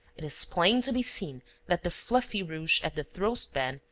it is plain to be seen that the fluffy ruche at the throat-band,